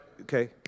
okay